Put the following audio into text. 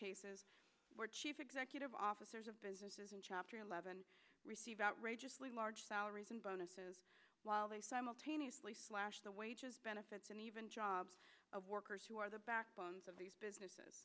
cases where chief executive officers of businesses in chapter eleven receive outrageously large salaries and bonuses while they simultaneously slash the wages benefits and even jobs of workers who are the backbones of these businesses